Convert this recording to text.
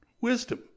wisdom